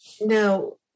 Now